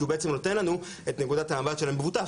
כי הוא בעצם נותן לנו את נקודת המבט של המבוטח,